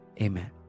amen